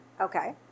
Okay